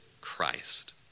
Christ